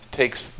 takes